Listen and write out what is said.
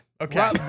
Okay